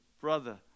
brother